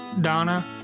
Donna